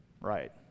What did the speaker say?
Right